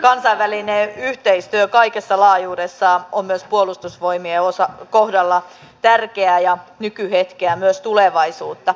kansainvälinen yhteistyö kaikessa laajuudessaan on myös puolustusvoimien kohdalla tärkeä ja nykyhetkeä myös tulevaisuutta